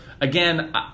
again